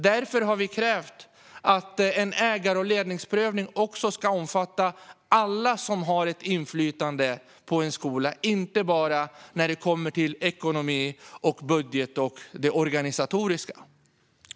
Därför har vi krävt att en ägar och ledningsprövning också ska omfatta alla som har ett inflytande på en skola och inte bara när det kommer till ekonomi, budget och det organisatoriska.